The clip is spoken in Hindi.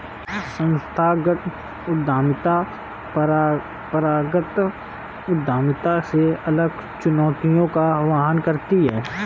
संस्थागत उद्यमिता परंपरागत उद्यमिता से अलग चुनौतियों का वहन करती है